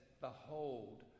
Behold